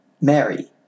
Mary